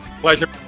Pleasure